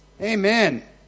Amen